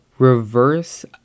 reverse